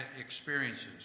experiences